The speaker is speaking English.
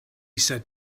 said